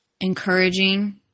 encouraging